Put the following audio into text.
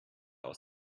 aus